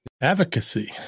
Advocacy